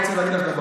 תמשיך.